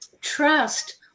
trust